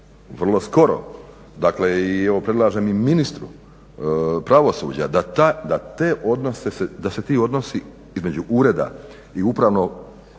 vrlo skoro dakle evo i predlažem i ministru pravosuđa da te odnose, da se ti odnosi između ureda i upravno